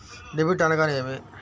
Debit అనగానేమి?